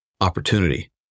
opportunity